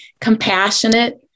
compassionate